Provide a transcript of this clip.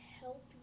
help